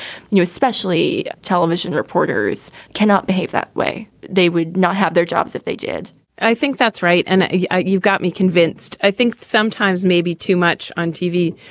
you know especially television reporters, cannot behave that way. they would not have their jobs if they did i think that's right. and ah yeah you've got me convinced. i think sometimes maybe too much on tv.